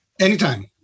Anytime